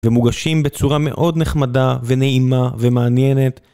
ומוגשים בצורה מאוד נחמדה ונעימה ומעניינת.